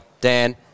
Dan